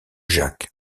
jacques